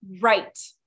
Right